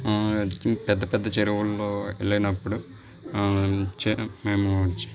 పెద్ద పెద్ద చెరువులలో వెళ్ళినప్పుడు చే మేము